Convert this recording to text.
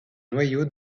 noyau